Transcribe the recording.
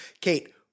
Kate